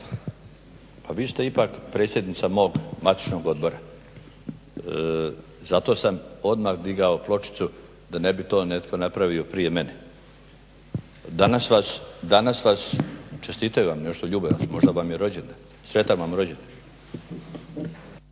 Pa vi ste ipak predsjednica mog matičnog odbora, zato sam odmah digao pločicu da ne bi to netko napravio prije mene. Danas vas čestitaju, nešto vas ljube, možda vam je rođendan. Sretan vam rođendan.